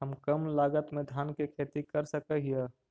हम कम लागत में धान के खेती कर सकहिय?